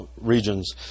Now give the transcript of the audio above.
regions